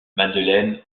madeleine